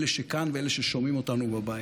אלה שכאן ואלה ששומעים אותנו בבית: